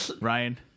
Ryan